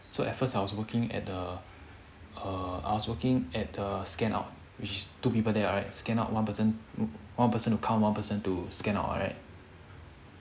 so at first I was working at the err I was working at the scan out which is two people there right scan out one person one person to count one person to stand to scan out right